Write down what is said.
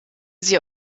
sie